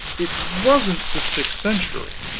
it wasn't the sixth century.